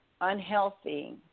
Unhealthy